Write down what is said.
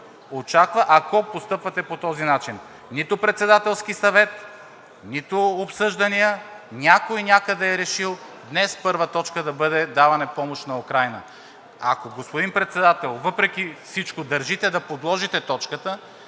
очаква, ако постъпвате по този начин? Нито Председателски съвет, нито обсъждания, а някой някъде е решил днес първа точка да бъде за даване на помощ на Украйна. Ако, господин Председател, въпреки всичко държите да подложите точката,